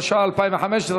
התשע"ה 2015,